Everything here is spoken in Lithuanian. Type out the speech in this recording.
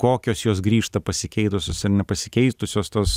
kokios jos grįžta pasikeitusios ar nepasikeitusios tos